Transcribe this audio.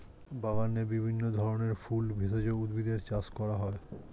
বাগানে বিভিন্ন ধরনের ফুল, ভেষজ উদ্ভিদের চাষ করা হয়